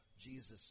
Jesus